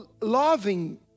loving